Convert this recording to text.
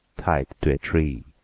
tied to a tree,